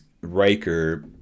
Riker